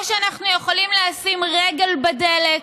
או שאנחנו יכולים לשים רגל בדלת,